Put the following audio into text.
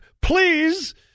please